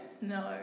No